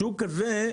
השוק הזה,